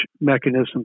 mechanism